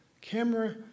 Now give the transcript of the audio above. camera